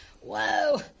Whoa